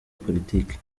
politiki